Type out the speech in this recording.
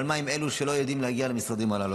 אבל מה עם אלו שלא יודעים להגיע למשרדים הללו?